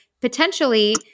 Potentially